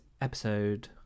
episode